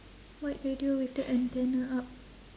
white radio with the antenna up